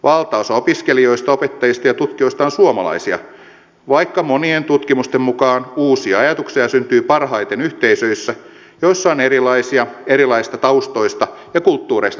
valtaosa opiskelijoista opettajista ja tutkijoista on suomalaisia vaikka monien tutkimusten mukaan uusia ajatuksia syntyy parhaiten yhteisöissä joissa on erilaisia erilaisista taustoista ja kulttuureista tulevia ihmisiä